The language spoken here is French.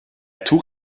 tour